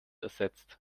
ersetzt